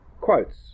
quotes